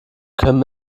können